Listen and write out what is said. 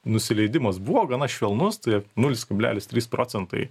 nusileidimas buvo gana švelnus tai nulis kablelis trys procentai